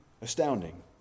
astounding